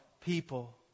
people